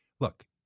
Look